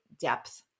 depth